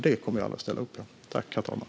Det kommer jag aldrig att ställa upp på.